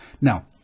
Now